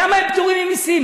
למה הם פטורים ממסים?